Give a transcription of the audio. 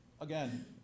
again